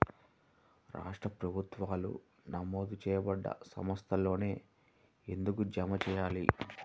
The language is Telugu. రాష్ట్ర ప్రభుత్వాలు నమోదు చేయబడ్డ సంస్థలలోనే ఎందుకు జమ చెయ్యాలి?